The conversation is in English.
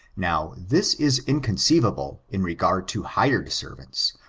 now this is inconceivable, in regard to hired servants,